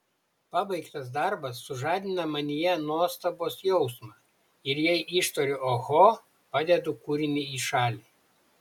pabaigtas darbas sužadina manyje nuostabos jausmą ir jei ištariu oho padedu kūrinį į šalį